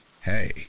Hey